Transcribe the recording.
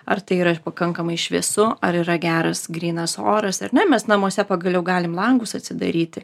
ar tai yra pakankamai šviesu ar yra geras grynas oras ar ne mes namuose pagaliau galim langus atsidaryti